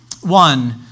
One